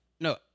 No